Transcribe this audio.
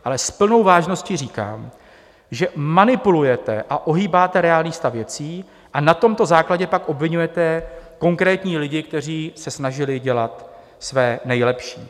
Ale s plnou vážností říkám, že manipulujete a ohýbáte reálný stav věcí a na tomto základě pak obviňujete konkrétní lidi, kteří se snažili dělat své nejlepší.